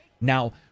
Now